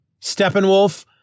Steppenwolf